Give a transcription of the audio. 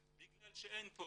בגלל שאין פה